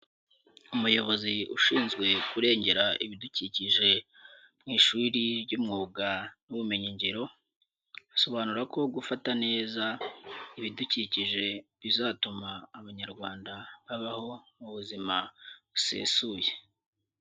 Umuyobozi ushinzwe kurengera ibidukikije mu ishuri ry'umwuga n'ubumenyingiro, asobanura ko gufata neza ibidukikije bizatuma Abanyarwanda babaho mu buzima busesuye.